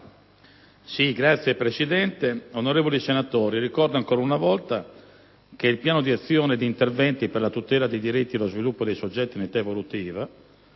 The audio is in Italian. Signora Presidente, onorevoli senatori, ricordo ancora una volta che il Piano di azione e di interventi per la tutela dei diritti e lo sviluppo dei soggetti in età evolutiva